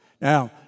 Now